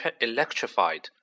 electrified